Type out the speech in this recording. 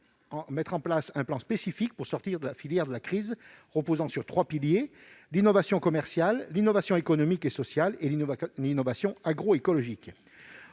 mettre en place un plan spécifique visant à sortir la filière de la crise et reposant sur trois piliers : l'innovation commerciale, l'innovation économique et sociale et l'innovation agroécologique.